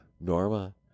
Norma